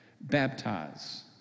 baptize